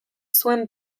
zuen